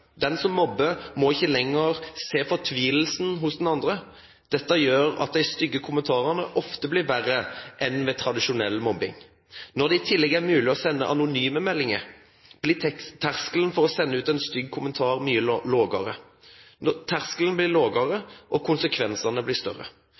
Den som mobber, må ikke lenger se fortvilelsen hos den andre. Dette gjør at de stygge kommentarene ofte blir verre enn ved tradisjonell mobbing. Når det i tillegg er mulig å sende anonyme meldinger, blir terskelen for å sende ut en stygg kommentar mye lavere. Terskelen blir lavere, og konsekvensene blir